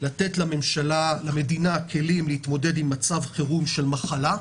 לתת למדינה כלים להתמודד עם מצב חירום של מחלה,